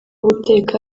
guteka